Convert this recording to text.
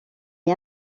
est